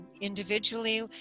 individually